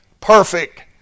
perfect